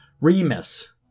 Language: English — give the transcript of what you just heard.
remus